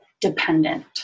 dependent